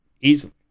Easily